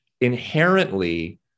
inherently